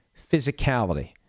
physicality